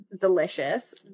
delicious